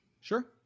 Sure